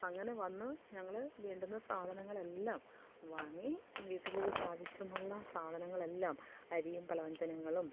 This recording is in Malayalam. അങ്ങനെ വന്ന് ഞങ്ങള് വേണ്ടുന്ന സാധനങ്ങളെല്ലാം വാങ്ങി വീട്ടിലേക്കാവശ്യമുള്ള സാധനങ്ങളെല്ലാം അരിയും പലവ്യഞ്ജനങ്ങളും